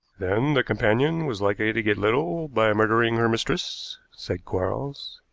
then the companion was likely to get little by murdering her mistress, said quarles.